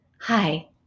Hi